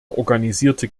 organisierte